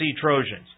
Trojans